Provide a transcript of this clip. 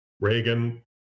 Reagan